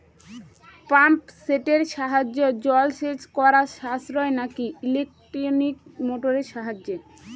Pump সেটের সাহায্যে জলসেচ করা সাশ্রয় নাকি ইলেকট্রনিক মোটরের সাহায্যে?